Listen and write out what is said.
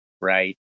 right